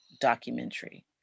documentary